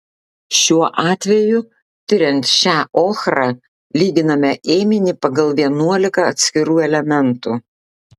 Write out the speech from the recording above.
šiuo atveju tiriant šią ochrą lyginame ėminį pagal vienuolika atskirų elementų